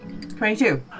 22